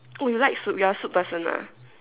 oh you like soup you're a soup person ah